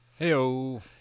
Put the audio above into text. Heyo